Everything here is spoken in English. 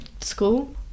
school